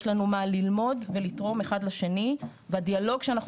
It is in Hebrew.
יש לנו מה ללמוד ולתרום אחד לשני והדיאלוג שאנחנו